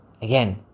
again